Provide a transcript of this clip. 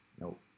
Nope